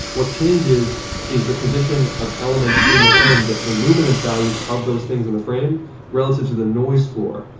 what changes is the position of elements in the frame, the the luminance values of those things in the frame relative to the noise floor.